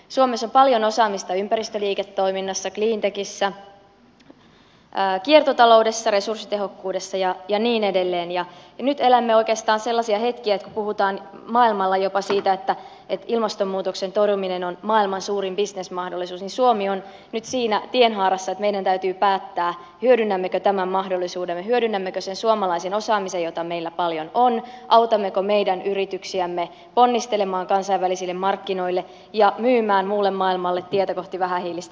suomessa on paljon osaamista ympäristöliiketoiminnassa cleantechissä kiertotaloudessa resurssitehokkuudessa ja niin edelleen ja nyt elämme oikeastaan sellaisia hetkiä että maailmalla puhutaan jopa siitä että ilmastonmuutoksen torjuminen on maailman suurin bisnesmahdollisuus ja suomi on nyt siinä tienhaarassa että meidän täytyy päättää hyödynnämmekö tämän mahdollisuuden hyödynnämmekö sen suomalaisen osaamisen jota meillä paljon on autammeko meidän yrityksiämme ponnistelemaan kansainvälisille markkinoille ja myymään muulle maailmalle tietä kohti vähähiilistä tulevaisuutta